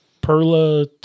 Perla